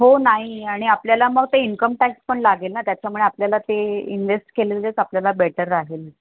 हो नाही आणि आपल्याला मग ते इन्कम टॅक्स पण लागेल ना त्याच्यामुळे आपल्याला ते इन्वेस्ट केलेलेच आपल्याला बेटर राहील